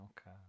okay